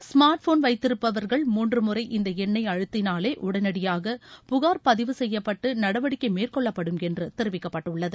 smart phone வைத்திருப்பவர்கள் மூன்று முறை இந்த எண்ணை அழுத்தினாலே உடனடியாக புகார் பதிவு செய்யப்பட்டு நடவடிக்கை மேற்கொள்ளப்படும் என்று தெரிவிக்கப்பட்டுள்ளது